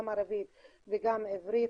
גם ערבית וגם עברית,